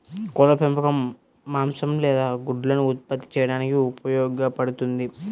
కోళ్ల పెంపకం మాంసం లేదా గుడ్లను ఉత్పత్తి చేయడానికి ఉపయోగపడుతుంది